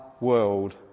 world